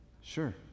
Sure